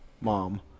mom